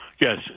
Yes